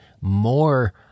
more